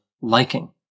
liking